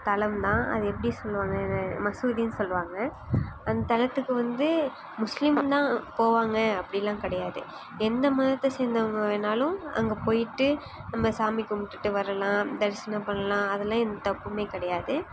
தளம் தான் அதை எப்படி சொல்லுவாங்க மசூதினு சொல்லுவாங்க அந்த தளத்துக்கு வந்து முஸ்லீம் தான் போவாங்க அப்படினுலாம் கிடையாது எந்த மதத்தை சேர்ந்தவர்கள் வேணுணாலும் அங்கே போயிட்டு நம்ம சாமி கும்பிட்டுட்டு வரலாம் தரிசனம் பண்ணலாம் அதெல்லாம் எந்த தப்பும் கிடையாது